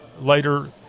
later